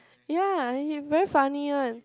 ya he very funny one